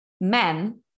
men